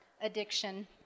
addiction